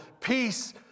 Peace